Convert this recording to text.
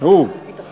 את מונעת ממני